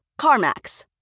CarMax